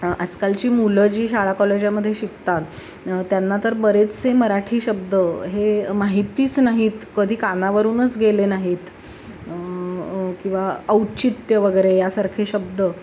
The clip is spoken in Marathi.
आजकालची मुलं जी शाळा कॉलेजामध्ये शिकतात त्यांना तर बरेचसे मराठी शब्द हे माहितीच नाहीत कधी कानावरूनच गेले नाहीत किंवा औचित्य वगैरे यासारखे शब्द